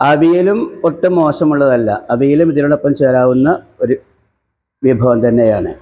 അവിയലും ഒട്ടും മോശമുള്ളതല്ല അവിയലും ഇതിനോടൊപ്പം ചേരാവുന്ന ഒരു വിഭവം തന്നെയാണ്